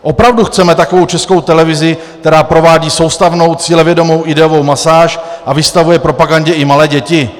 Opravdu chceme takovou Českou televizi, která provádí soustavnou cílevědomou ideovou masáž a vystavuje propagandě i malé děti?